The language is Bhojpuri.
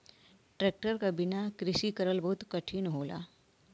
ट्रेक्टर क बिना कृषि करल बहुत कठिन होला